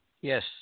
Yes